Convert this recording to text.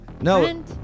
No